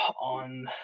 on